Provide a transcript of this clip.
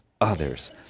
others